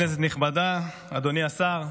כנסת נכבדה, אדוני השר,